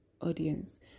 audience